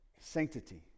sanctity